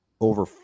Over